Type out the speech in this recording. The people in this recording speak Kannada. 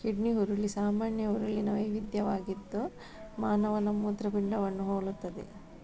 ಕಿಡ್ನಿ ಹುರುಳಿ ಸಾಮಾನ್ಯ ಹುರುಳಿನ ವೈವಿಧ್ಯವಾಗಿದ್ದು ಮಾನವನ ಮೂತ್ರಪಿಂಡವನ್ನು ಹೋಲುತ್ತದೆ